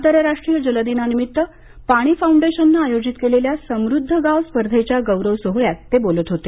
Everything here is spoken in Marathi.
आंतरराष्ट्रीय जल दिनानिमित्त पाणी फाउंडेशनने आयोजित केलेल्या समृद्ध गाव स्पर्धेच्या गौरव सोहोळ्यात ते बोलत होते